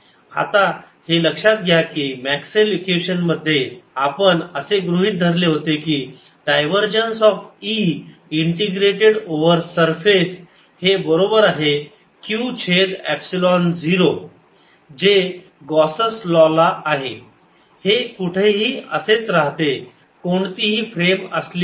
आता हे लक्षात घ्या की मॅक्सवेल इक्वेशन्स मध्ये आपण असे गृहीत धरले होते की divergence of E integrated over surface हे बरोबर आहे q छेद एप्सिलॉन 0 जे गॉसस लॉ आहे हे कुठेही असेच राहते कोणतीही फ्रेम असली तरी